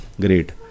great